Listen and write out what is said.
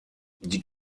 die